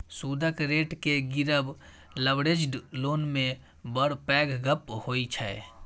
सुदक रेट केँ गिरब लबरेज्ड लोन मे बड़ पैघ गप्प होइ छै